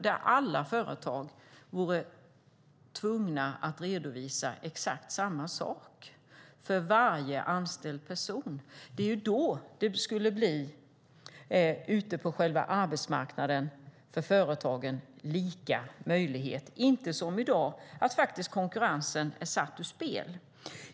Då skulle alla företag vara tvungna att redovisa exakt samma sak för varje anställd person. Det är då det ute på arbetsmarknaden skulle bli lika möjligheter för företagen. Det skulle då inte vara som i dag, när konkurrensen faktiskt är satt ur spel.